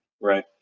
Right